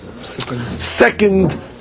second